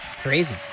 Crazy